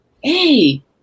hey